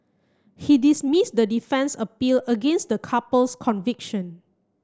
he dismissed the defence's appeal against the couple's conviction